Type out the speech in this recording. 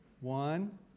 One